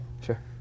sure